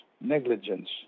negligence